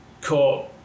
caught